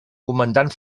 comandant